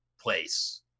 place